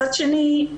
מצד שני,